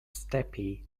steppe